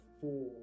four